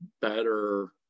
better